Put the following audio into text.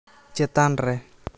ᱪᱮᱛᱟᱱ ᱨᱮ